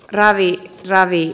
ravit ravit